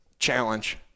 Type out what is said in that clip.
Challenge